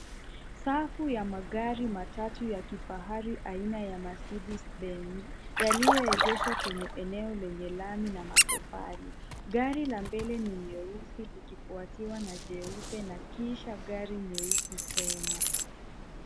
Safu ya magari matatu ya kifahari aina ya Mercedes-Benz, yaliyoegeshwa kwenye eneo lenye lami na matofali. Gari la mbele ni nyeusi, likifuatiwa na jeupe, na kisha gari nyeusi tena.